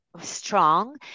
strong